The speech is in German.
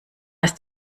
ist